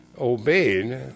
obeyed